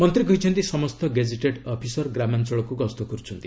ମନ୍ତ୍ରୀ କହିଛନ୍ତି ସମସ୍ତ ଗେଜେଟେଡ୍ ଅଫିସର ଗ୍ରାମାଞ୍ଚଳକୁ ଗସ୍ତ କରୁଛନ୍ତି